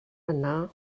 yna